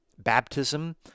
baptism